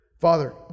father